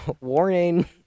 warning